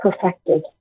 perfected